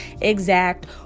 exact